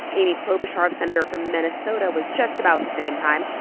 amy klobuchar, the senator from minnesota, was just about the same time,